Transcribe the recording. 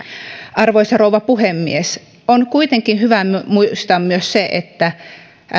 arvoisa rouva puhemies on kuitenkin hyvä muistaa myös se että